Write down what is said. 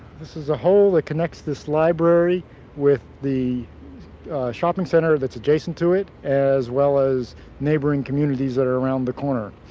this is a hole that connects this library with the shopping center that's adjacent to it, as well as neighboring communities that are around the corner.